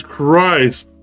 Christ